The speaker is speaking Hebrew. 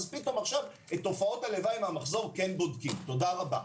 פתאום עכשיו את תופעות הלוואי מהמחזור כן בודקים תודה רבה.